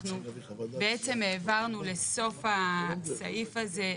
אנחנו בעצם העברנו לסוף הסעיף הזה,